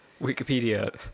Wikipedia